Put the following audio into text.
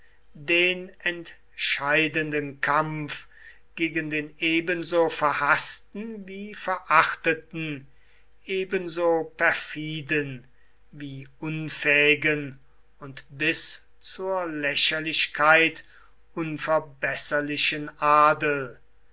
den entscheidenden kampf gegen den ebenso verhaßten wie verachteten ebenso perfiden wie unfähigen und bis zur lächerlichkeit unverbesserlichen adel